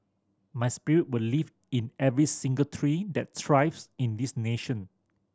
my spirit will live in every single tree that thrives in this nation